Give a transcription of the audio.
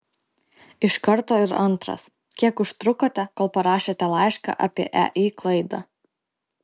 iš karto ir antras kiek užtrukote kol parašėte laišką apie ei klaidą